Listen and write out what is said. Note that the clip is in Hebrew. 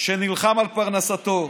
שנלחם על פרנסתו.